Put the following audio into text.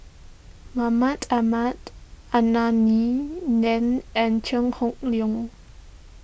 Mahmud Ahmad Anthony then and Chew Hock Leong